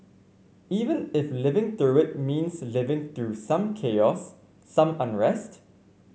even if living through it means living through some chaos some unrest